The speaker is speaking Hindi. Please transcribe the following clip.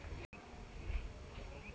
हम अपने रुपये कैसे बचा सकते हैं?